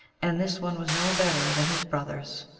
and this one was no better than his brothers.